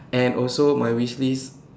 and also my wishlist